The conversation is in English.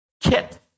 kit